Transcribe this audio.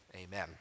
amen